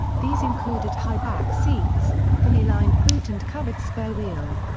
these included high-back seats, fully lined boot and covered spare wheel.